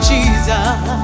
Jesus